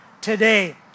today